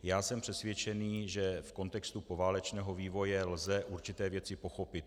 Já jsem přesvědčený, že v kontextu poválečného vývoje lze určité věci pochopit.